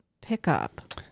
pickup